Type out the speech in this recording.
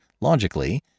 logically